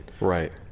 Right